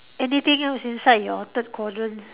anything else inside your third quadrant